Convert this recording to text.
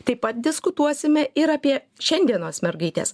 taip pat diskutuosime ir apie šiandienos mergaites